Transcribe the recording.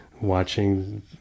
watching